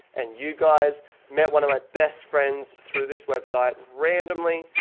and you guys met one of my best friends through this website randomly.